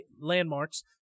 landmarks